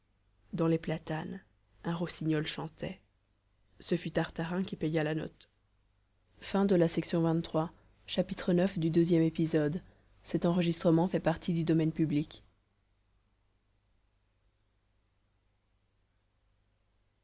dans les platanes un rossignol chantait ce fut tartarin qui paya la note